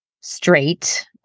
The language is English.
straight